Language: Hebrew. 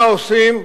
מה עושים,